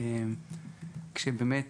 באמת,